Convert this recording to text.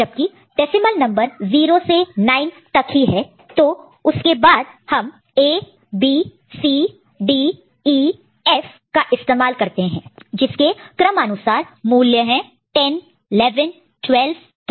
जबकि decimal number 0 से 9 तक की है तो उसके बाद हम A B C D E F का इस्तेमाल करते हैं जिसका क्रमानुसार इक्विवेलेंट equivalent मूल्य 10 11 12 13 14 और15 है